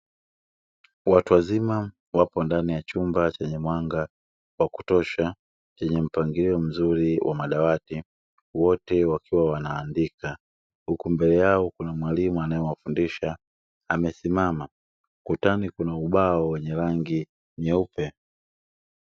Watu wazima wapo ndani ya chumba chenye mwanga wa kutosha, chenye mpangilio mzuri wa madawati, wote wakiwa wanaandika, huku mbele yao kuna mwalimu anayewafundisha amesimama. Ukutani kuna ubao wenye rangi nyeupe.